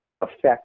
affect